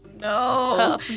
No